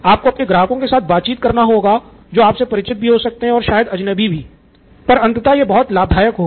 आपको अपने ग्राहकों के साथ बातचीत करना होगा जो आपसे परिचित भी हो सकते हैं और शायद अजनबी भी पर अंततः ये बहुत लाभदायक होगा